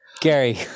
Gary